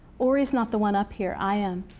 ori's not the one up here. i am.